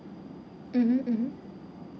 mmhmm mmhmm